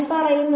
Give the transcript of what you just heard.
ഞാൻ പറയുന്നത്